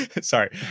sorry